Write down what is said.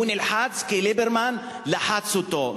הוא נלחץ כי ליברמן לחץ אותו.